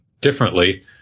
differently